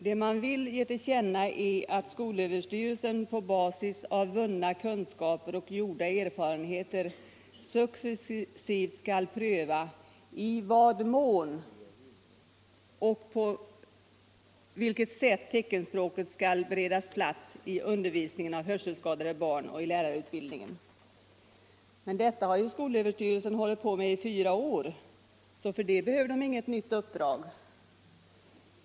Det man vill ge till känna är ”att skolöverstyrelsen på basis av vunna kunskaper och gjorda ' erfarenheter successivt prövar i vad mån och på vad sätt teckenspråket skall beredas plats i undervisningen av hörselskadade barn och i lärarutbildningen”. Men detta har ju skolöverstyrelsen hållit på med i fyra år, och för det behöver den 'inget nytt uppdrag.